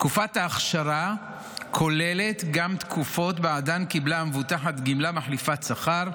תקופת ההכשרה כוללת גם תקופות שבעדן קיבלה המבוטחת גמלה מחליפת שכר,